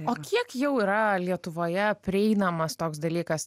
o kiek jau yra lietuvoje prieinamas toks dalykas